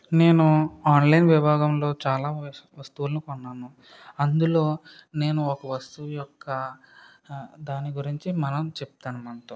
నేను ఆన్లైన్ విభాగంలో చాలా వస్తు వస్తువులు కొన్నాను అందులో నేను ఒక వస్తువు యొక్క దాని గురించి మనం చెప్తాను మనతో